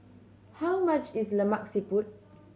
how much is Lemak Siput